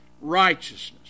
righteousness